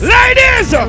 Ladies